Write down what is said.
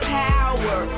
power